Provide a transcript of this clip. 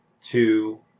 two